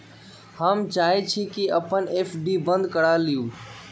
हम चाहई छी कि अपन एफ.डी बंद करा लिउ